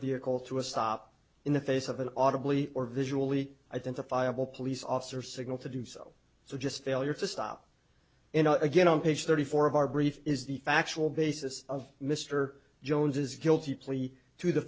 vehicle to a stop in the face of an audible e or visually identifiable police officer signal to do so so just failure to stop in again on page thirty four of our brief is the factual basis of mr jones's guilty plea to the